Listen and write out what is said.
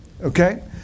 Okay